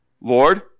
Lord